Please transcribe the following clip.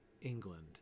England